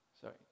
Sorry